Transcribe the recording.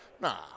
nah